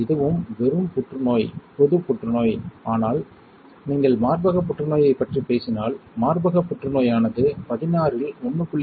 இதுவும் வெறும் புற்றுநோய் பொது புற்றுநோய் ஆனால் நீங்கள் மார்பகப் புற்றுநோயைப் பற்றிப் பேசினால் மார்பகப் புற்றுநோயானது 16ல் 1